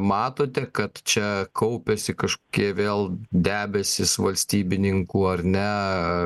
matote kad čia kaupiasi kažkokie vėl debesys valstybininkų ar ne